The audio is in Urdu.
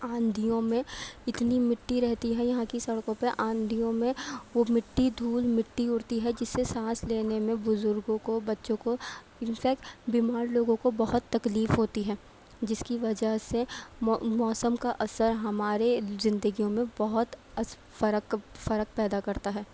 آندھیوں میں اتنی مٹی رہتی ہے یہاں کی سڑکوں پہ آندھیوں میں وہ مٹی دھول مٹی اڑتی ہے جس سے سانس لینے میں بزرگوں کو بچوں کو انفیکٹ بیمار لوگوں کو بہت تکلیف ہوتی ہے جس کی وجہ سے مو موسم کا اثر ہمارے زندگیوں میں بہت اثر فرق فرق پیدا کرتا ہے